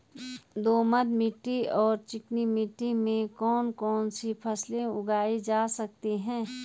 दोमट मिट्टी और चिकनी मिट्टी में कौन कौन सी फसलें उगाई जा सकती हैं?